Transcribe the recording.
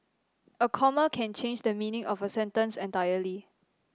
a comma can change the meaning of a sentence entirely